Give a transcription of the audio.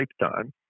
lifetime